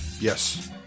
yes